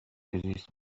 محیطزیست